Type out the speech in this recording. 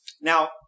Now